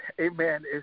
Amen